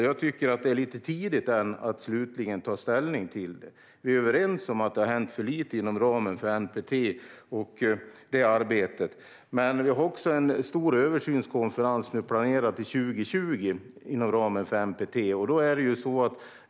Jag tycker att det är lite tidigt än att slutligt ta ställning till detta. Vi är överens om att det har hänt för lite inom ramen för NPT och arbetet där, men vi har en stor översynskonferens planerad till 2020 inom ramen för NPT.